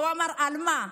והוא אמר: על מה?